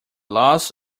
loss